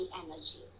energy